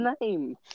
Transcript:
name